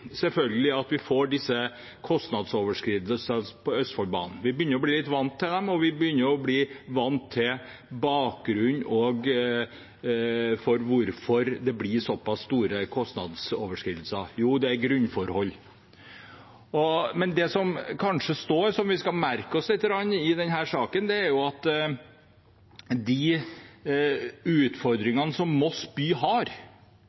selvfølgelig, at vi får disse kostnadsoverskridelsene på Østfoldbanen. Vi begynner å bli litt vant til dem, og vi begynner å bli vant til bakgrunnen for at det blir såpass store kostnadsoverskridelser. Jo, det er grunnforhold. Men det som står, som vi skal merke oss litt i denne saken, er de utfordringene som Moss by har